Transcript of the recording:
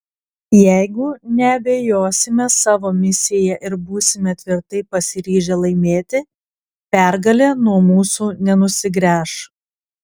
jeigu neabejosime savo misija ir būsime tvirtai pasiryžę laimėti pergalė nuo mūsų nenusigręš